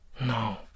no